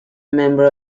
member